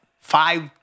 five